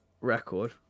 record